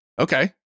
okay